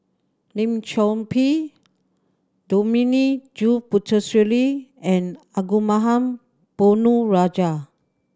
Lim Chor Pee Dominic J Puthucheary and Arumugam Ponnu Rajah